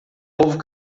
povo